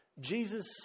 Jesus